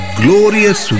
glorious